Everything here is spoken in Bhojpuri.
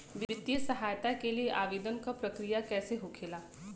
वित्तीय सहायता के लिए आवेदन क प्रक्रिया कैसे होखेला?